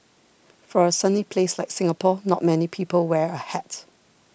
for a sunny place like Singapore not many people wear a hat